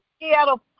Seattle